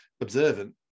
observant